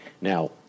Now